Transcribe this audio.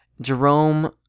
Jerome